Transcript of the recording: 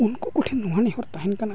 ᱩᱱᱠᱩ ᱠᱚᱴᱷᱮᱱ ᱱᱚᱣᱟ ᱱᱮᱦᱚᱨ ᱛᱟᱦᱮᱱ ᱠᱟᱱᱟ